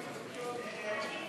סעיף